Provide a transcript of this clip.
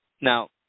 Now